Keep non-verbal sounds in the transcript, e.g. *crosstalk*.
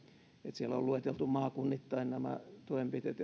siellä on lueteltu maakunnittain nämä toimenpiteet *unintelligible*